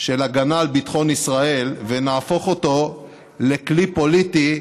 של הגנה על ביטחון ישראל ונהפוך אותו לכלי פוליטי,